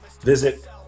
visit